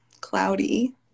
cloudy